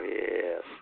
Yes